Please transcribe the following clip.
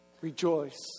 rejoice